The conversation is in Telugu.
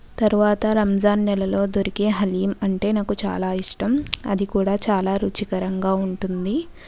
తరువాత రంజాన్ నెలలో దొరికే హాలీమ్ అంటే నాకు చాలా ఇష్టం అది కూడా చాలా రుచికరంగా ఉంటుంది